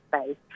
space